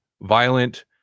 violent